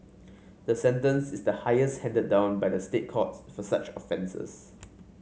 the sentence is the highest handed down by the State Courts for such offences